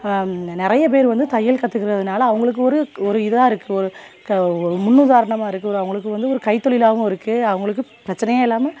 நிறைய பேர் வந்து தையல் கத்துக்கிறதுனால அவங்களுக்கு ஒரு ஒரு இதாக இருக்குது ஒ க ஒரு முன் உதாரணமான இருக்குது ஒரு அவங்களுக்கு வந்து ஒரு கைத்தொழிலாவும் இருக்குது அவங்களுக்கு பிரச்சனையே இல்லாமல்